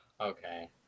Okay